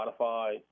Spotify